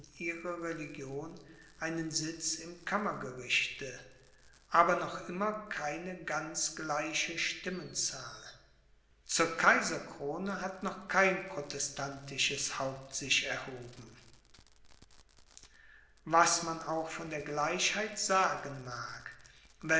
ihrer religion einen sitz im kammergerichte aber noch immer keine ganz gleiche stimmenzahl zur kaiserkrone hat noch kein protestantisches haupt sich erhoben was man auch von der gleichheit sagen mag